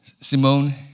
Simone